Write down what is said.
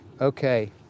Okay